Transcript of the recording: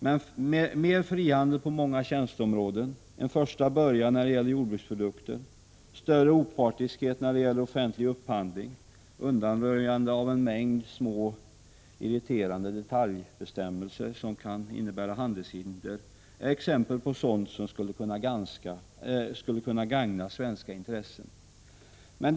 Mer frihandel på många tjänsteområden, en första början när det gäller jordbruksprodukter, större opartiskhet när det gäller offentlig upphandling, undanröjande av en mängd små irriterande detaljbestämmelser som kan innebära handelshinder — det är exempel på sådant som skulle kunna gagna svenska intressen.